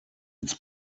its